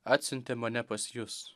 atsiuntė mane pas jus